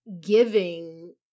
giving